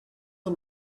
the